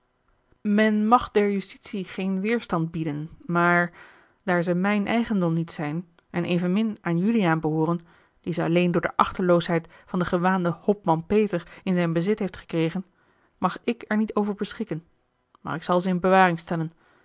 men mag der justitie geen weerstand bieden maar daar ze mijn eigendom niet zijn en evenmin aan juliaan behooren die ze alleen door de achteloosheid van den gewaanden hopman peter in zijn bezit heeft gekregen mag ik er niet over beschikken maar ik zal ze in bewaring stellen